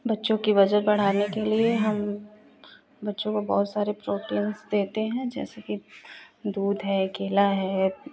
बच्चों की वजन बढ़ाने के लिए हम बच्चों को बहुत सारे प्रोटीन्स देते हैं जैसे कि दूध है केला है